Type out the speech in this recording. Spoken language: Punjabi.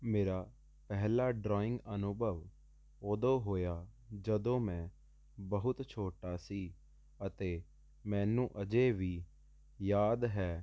ਮੇਰਾ ਪਹਿਲਾਂ ਡਰਾਇੰਗ ਅਨੁਭਵ ਉਦੋਂ ਹੋਇਆ ਜਦੋਂ ਮੈਂ ਬਹੁਤ ਛੋਟਾ ਸੀ ਅਤੇ ਮੈਨੂੰ ਅਜੇ ਵੀ ਯਾਦ ਹੈ